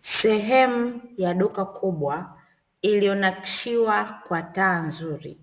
Sehemu ya duka kubwa iliyonashkiwa kwa taa nzuri,